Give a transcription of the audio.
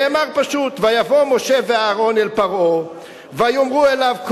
נאמר פשוט: "ויבא משה ואהרן אל פרעה ויאמרו אליו,